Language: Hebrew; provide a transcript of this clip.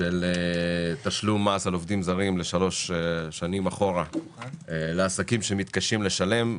של תשלום מס על עובדים זרים לשלוש שנים אחורה לעסקים שמתקשים לשלם.